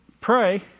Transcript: pray